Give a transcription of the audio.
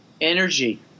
Energy